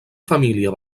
família